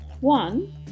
One